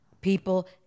people